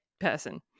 person